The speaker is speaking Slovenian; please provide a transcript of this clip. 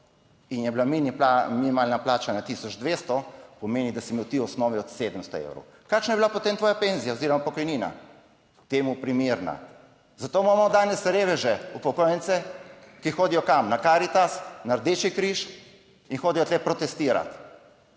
in je bila minimalna plača na tisoč 200, pomeni, da si imel ti v osnovi od 700 evrov. Kakšna je bila potem tvoja penzija oziroma pokojnina? Temu primerna. Zato imamo danes reveže, upokojence, ki hodijo k nam na Karitas, na Rdeči križ in hodijo tja protestirat.